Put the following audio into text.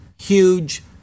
huge